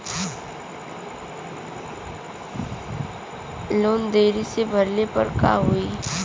Loan देरी से भरले पर का होई?